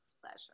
pleasure